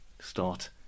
start